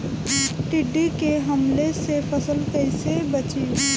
टिड्डी के हमले से फसल कइसे बची?